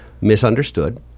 misunderstood